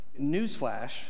newsflash